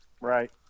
Right